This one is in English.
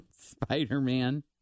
Spider-Man